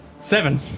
Seven